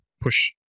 push